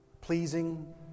pleasing